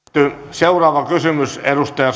seuraava kysymys edustaja